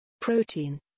Protein